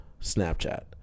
Snapchat